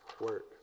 work